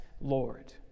Lord